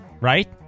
right